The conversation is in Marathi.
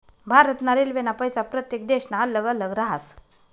भारत ना रेल्वेना पैसा प्रत्येक देशना अल्लग अल्लग राहस